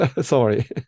Sorry